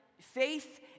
faith